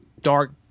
dark